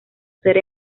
ser